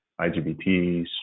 IGBTs